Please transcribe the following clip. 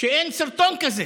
שאין סרטון כזה.